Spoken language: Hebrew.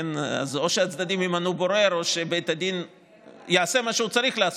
אז או שהצדדים ימנו בורר או שבית הדין יעשה מה שהוא צריך לעשות.